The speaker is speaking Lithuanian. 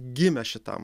gimę šitam